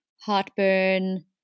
heartburn